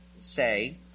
say